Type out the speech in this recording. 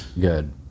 good